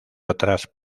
otras